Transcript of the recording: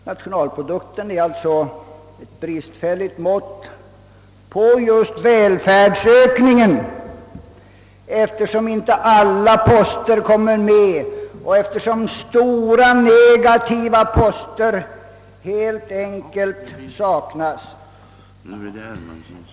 Nationalprodukten är alltså ett bristfälligt mått på just välfärdsökningen, eftersom inte alla poster kommer med och stora negativa poster helt enkelt saknas.